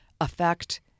affect